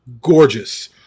gorgeous